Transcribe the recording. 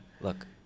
Look